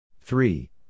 Three